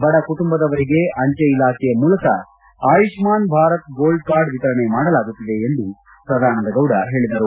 ಬಡ ಕುಟುಂಬದವರಿಗೆ ಅಂಚೆ ಇಲಾಖೆಯ ಮೂಲಕ ಆಯುಷ್ಮಾನ್ ಭಾರತ್ ಗೋಲ್ಡ್ ಕಾರ್ಡ್ ವಿತರಣೆ ಮಾಡಲಾಗುತ್ತಿದೆ ಎಂದು ಸದಾನಂದಗೌಡ ಹೇಳಿದರು